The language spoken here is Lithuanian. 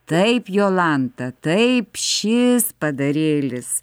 taip jolanta taip šis padarėlis